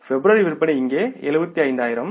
பிப்ரவரி விற்பனை இங்கே 75000